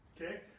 Okay